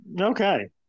Okay